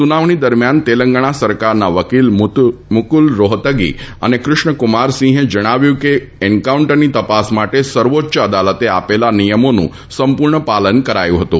સુનાવણી દરમિયાન તેલંગણા સરકારના વકીલ મુકુલ રોહતગી અને કૃષ્ણકુમારસિંહે જણાવ્યું હતું કે એન્કાઉન્ટરની તપાસ માટે સર્વોચ્ચ અદાલતે આપેલા નિયમોનું સંપૂર્ણ પાલન કરાયું હતું